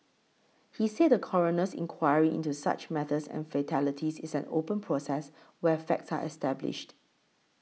he said a coroner's inquiry into such matters and fatalities is an open process where facts are established